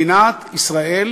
מדינת ישראל